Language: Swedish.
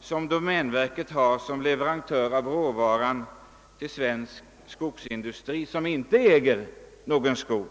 som domänverket har som leverantör av råvara till svensk skogsindustri som inte själv äger någon skog.